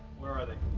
where are they?